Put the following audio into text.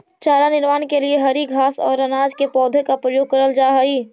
चारा निर्माण के लिए हरी घास और अनाज के पौधों का प्रयोग करल जा हई